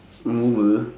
mover